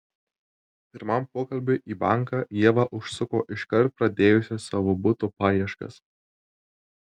pirmam pokalbiui į banką ieva užsuko iškart pradėjusi savo buto paieškas